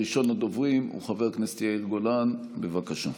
ראשון הדוברים, חבר הכנסת יאיר גולן, בבקשה.